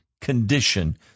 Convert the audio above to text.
condition